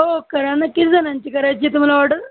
हो करा ना किती जणांची करायची आहे तुम्हाला ऑर्डर